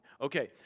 Okay